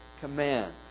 command